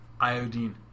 iodine